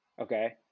okay